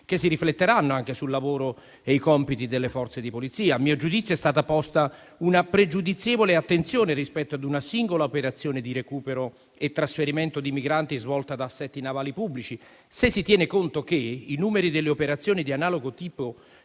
che si rifletteranno anche sul lavoro e sui compiti delle Forze di polizia. A mio giudizio, è stata posta una pregiudizievole attenzione rispetto a una singola operazione di recupero e trasferimento di migranti svolta da assetti navali pubblici, se si tiene conto che i numeri delle operazioni di analogo tipo